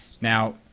Now